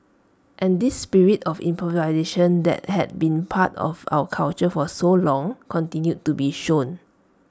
and this spirit of improvisation that had been part of our culture for so long continued to be shown